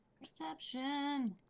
Perception